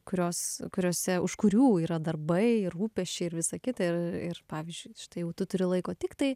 kurios kuriose už kurių yra darbai rūpesčiai ir visa kita ir ir pavyzdžiui štai jau tu turi laiko tiktai